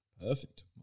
Perfect